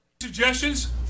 Suggestions